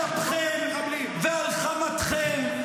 על אפכם ועל חמתכם,